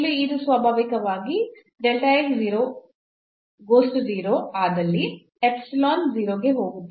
ಇಲ್ಲಿ ಇದು ಸ್ವಾಭಾವಿಕವಾಗಿ ಆದಲ್ಲಿ 0 ಕ್ಕೆ ಹೋಗುತ್ತದೆ